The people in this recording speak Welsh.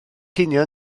cinio